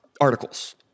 articles